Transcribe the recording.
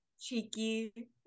cheeky